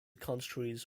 countries